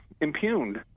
impugned